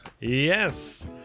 Yes